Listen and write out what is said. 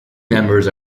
members